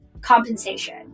compensation